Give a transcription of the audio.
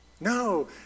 no